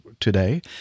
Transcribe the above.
today